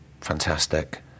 fantastic